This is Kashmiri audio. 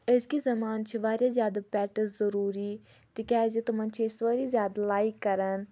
أزکِس زَمان چھِ واریاہ زیادٕ پیٹٕز ضروٗری تِکیازِ تِمَن چھِ أسۍ واریاہ زیادٕ لایک کَران